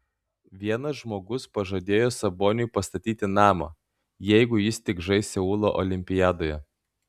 vienas žmogus pažadėjo saboniui pastatyti namą jeigu jis tik žais seulo olimpiadoje